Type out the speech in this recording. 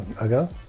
ago